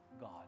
God